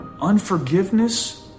unforgiveness